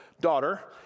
daughter